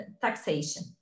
taxation